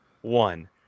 one